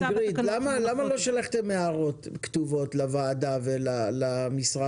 למה לא שלחתם הערות כתובות לוועדה ולמשרד?